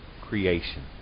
creation